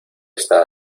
esta